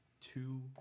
two